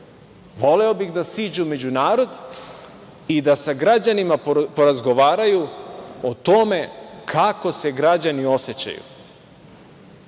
voleo bih da siđu među narod i da sa građanima porazgovaraju o tome kako se građani osećaju